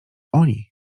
oni